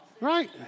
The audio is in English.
Right